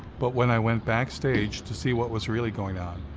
but when i went backstage to see what was really going on.